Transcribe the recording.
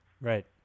Right